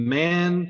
man